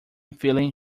feeling